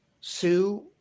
Sue